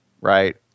right